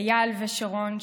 אייל ושרון,